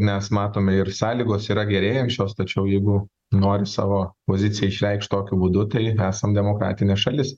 nes matome ir sąlygos yra gerėjančios tačiau jeigu nori savo poziciją išreikšt tokiu būdu ati esam demokratinė šalis